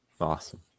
Awesome